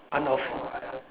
unoff~